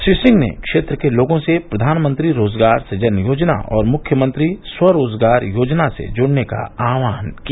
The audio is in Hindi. श्री सिंह ने क्षेत्र के लोगों से प्रधानमंत्री रोजगार सृजन योजना और मुख्यमंत्री स्वरोजगार योजना से जुड़ने का आह्वान किया